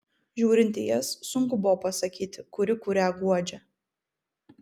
žiūrint į jas sunku buvo pasakyti kuri kurią guodžia